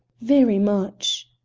very much.